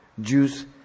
Jews